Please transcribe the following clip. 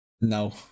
No